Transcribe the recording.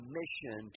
mission